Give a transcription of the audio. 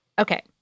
Okay